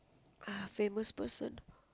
uh famous person